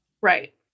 Right